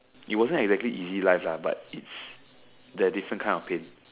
it wasn't exactly easy life lah but it's the different kind of pain